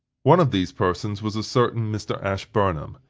one of these persons was a certain mr. ashburnham,